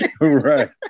Right